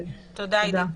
תודה, עידית.